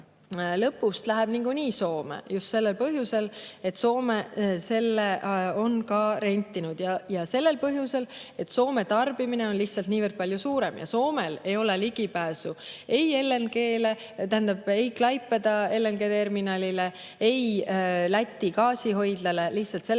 lõpus nagunii Soome minema just sellel põhjusel, et Soome on selle rentinud, ja sellel põhjusel, et Soome tarbimine on lihtsalt niivõrd palju suurem ja Soomel ei ole ligipääsu ei Klaipeda LNG-terminalile, ei Läti gaasihoidlale. Lihtsalt sellel põhjusel.